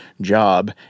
job